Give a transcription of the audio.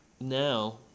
now